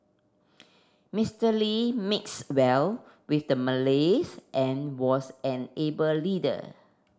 Mister Lee mix well with the Malays and was an able leader